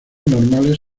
normales